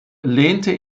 lehnte